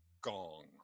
gong